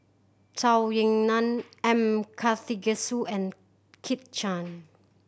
Zhou Ying Nan M Karthigesu and Kit Chan